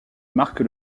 marque